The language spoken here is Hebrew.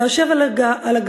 היה יושב על הגג,